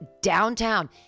downtown